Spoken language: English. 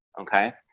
okay